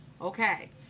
Okay